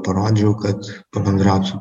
parodžiau kad pabendraut su